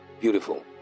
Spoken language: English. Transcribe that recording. Beautiful